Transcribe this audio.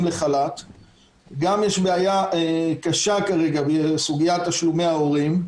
ויש גם בעיה קשה בסוגיית תשלומי ההורים.